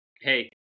hey